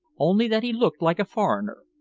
only that he looked like a foreigner.